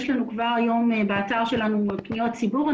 יש לנו כבר היום באתר שלנו פניות ציבור.